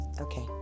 okay